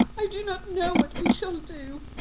i do not know what we shall do.